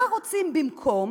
מה רוצים במקום?